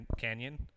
Canyon